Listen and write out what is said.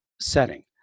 setting